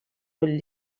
vull